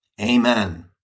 Amen